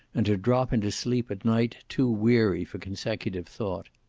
and to drop into sleep at night too weary for consecutive thought.